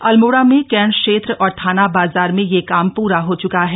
अल्मोड़ा में कैंट क्षेत्र और थाना बाजार में यह काम पूरा हो चुका है